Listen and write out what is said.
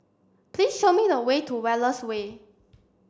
please show me the way to Wallace Way